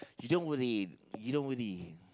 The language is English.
you don't worry you don't worry